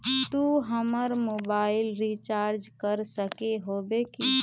तू हमर mobile recharge कर सके होबे की?